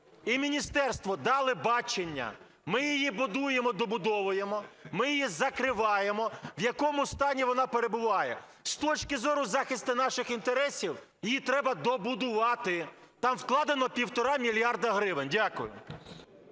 і міністерство дали бачення: ми її будуємо, добудовуємо, ми її закриваємо, в якому стані вона перебуває? З точки зору захисту наших інтересів її треба добудувати, там вкладено 1,5 мільярда гривень. Дякую.